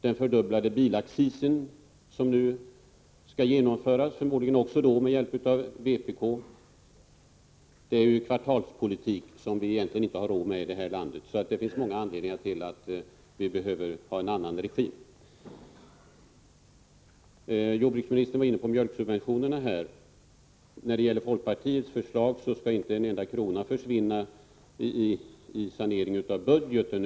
Den fördubblade bilaccis som nu skall genomföras, förmodligen också den med hjälp av vpk, är kvartalspolitik som vi egentligen inte har råd med i det här landet. Det finns alltså många anledningar till att vi behöver ha en annan regim. Jordbruksministern var inne på mjölksubventionerna. Enligt folkpartiets förslag skall inte en enda krona försvinna vid saneringen av budgeten.